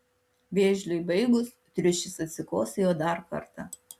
vėžliui baigus triušis atsikosėjo dar kartą